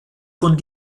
von